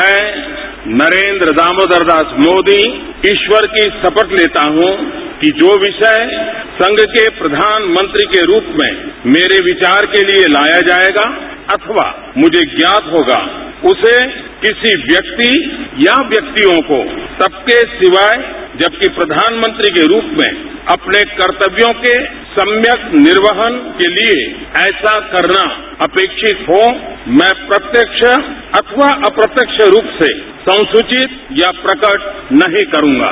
मैं नरेन्द्र दामोदार दास मोदी ईस्वर की रापथ लेता हूं कि जो विषय संघ के प्रधानमंत्री के रूप में मेरे विचार के लिए लाया जाएगा अथवा मुझे ज्ञात होगा उसे किसी व्यमक्ति या व्येक्तियों को तबके सिवाय जबोकि प्रधानमंत्री के रूप में अपने कर्तव्यों के सम्पिक निर्वाहण के लिए ऐसा करना अपेक्षित हो मैं प्रत्य क्ष अथवा अप्रत्य क्ष रूप से संस्कृषित या प्रकट नहीं करूंगा